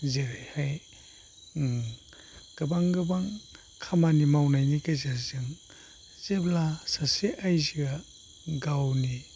जेरैहाय गोबां गोबां खामानि मावनायनि गेजेरजों जेब्ला सासे आइजोआ गावनि